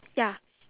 ya